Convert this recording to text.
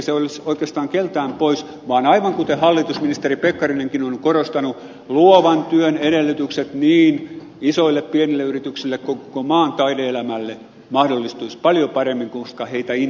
se ei olisi oikeastaan keltään pois vaan aivan kuten hallitus ministeri pekkarinenkin on korostanut luovan työn edellytykset niin isoille pienille yrityksille kuin koko maan taide elämälle mahdollistuisivat paljon paremmin koska heitä innostettaisiin tällä tavalla